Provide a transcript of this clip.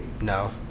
No